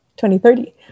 2030